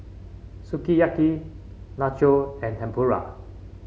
Sukiyaki Nacho and Tempura